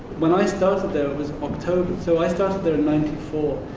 when i started there, it was october. so i started there in ninety four.